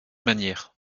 manière